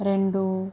రెండు